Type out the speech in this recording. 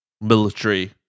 military